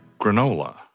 Granola